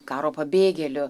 karo pabėgėlių